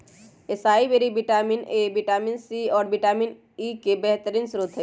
असाई बैरी vitamin A, vitamin C, और vitamin E के बेहतरीन स्त्रोत हई